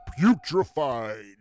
putrefied